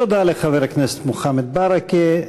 תודה לחבר הכנסת מוחמד ברכה.